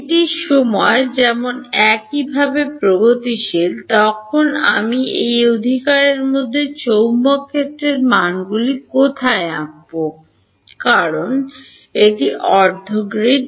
এটি সময় যেমন একইভাবে প্রগতিশীল তখন আমি এই অধিকারের মধ্যে চৌম্বক ক্ষেত্রের মানগুলি কোথায় আঁকব কারণ এটি অর্ধ গ্রিড